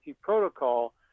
protocol